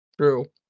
True